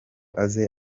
aze